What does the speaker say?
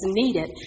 needed